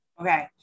Okay